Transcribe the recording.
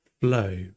flow